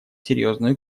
серьезную